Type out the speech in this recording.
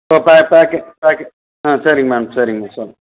ப ப பேக்கு பேக்கு ஆ சரிங்க மேம் சரிங்க சேரி